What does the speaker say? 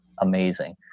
amazing